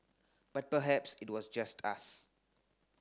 but perhaps it was just us